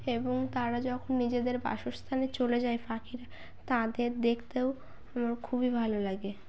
এবং তারা যখন নিজেদের বাসস্থানে চলে যায় পাখিরা তাদের দেখতেও আমার খুবই ভালো লাগে